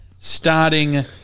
Starting